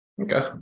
Okay